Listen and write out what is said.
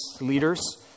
leaders